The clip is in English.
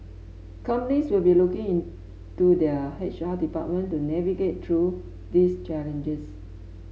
companies will be looking to their H R department to navigate through these challenges